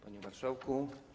Panie Marszałku!